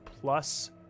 plus